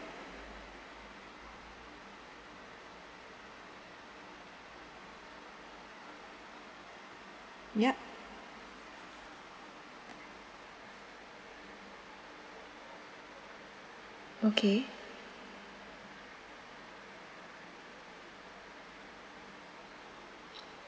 yup okay